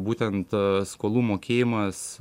būtent skolų mokėjimas